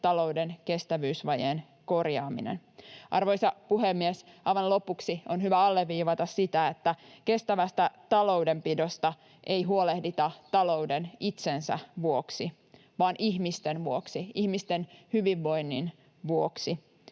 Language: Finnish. talouden kestävyysvajeen korjaaminen. Arvoisa puhemies! Aivan lopuksi on hyvä alleviivata sitä, että kestävästä taloudenpidosta ei huolehdita talouden itsensä vuoksi vaan ihmisten vuoksi, ihmisten hyvinvoinnin vuoksi